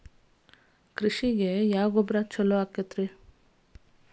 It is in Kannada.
ಕೃಷಿಗ ಯಾವ ಗೊಬ್ರಾ ಛಲೋ?